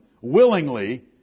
willingly